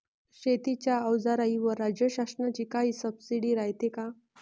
शेतीच्या अवजाराईवर राज्य शासनाची काई सबसीडी रायते का?